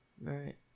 Right